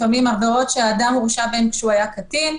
לפעמים עברות שהוא הורשע בהן כשהוא היה קטין.